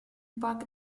park